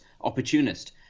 opportunist